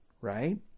right